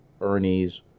Ernie's